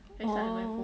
oh